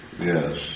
yes